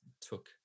took